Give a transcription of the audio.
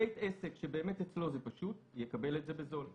בית עסק שאצלו זה פשוט יקבל את זה בזול.